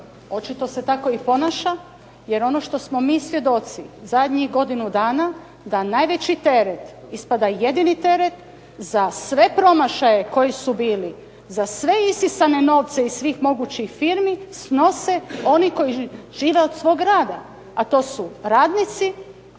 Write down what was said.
Očito se tako i ponaša, jer ono što smo mi svjedoci zadnjih godinu dana da najveći teret, ispada jedini teret za sve promašaje koji su bili, za sve isisane novce iz svih mogućih firmi snose oni koji žive od svog rada, a to su radnici,